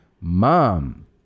mom